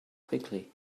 quickly